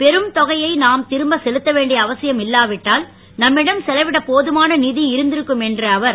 பெரும் தொகையை நாம் இரும்பச் செலுத்தவேண்டிய அவசியம் இல்லாவிட்டால் நம்மிடம் செலவிட போதுமான நிதி இருந்திருக்கும் என்ற அவர்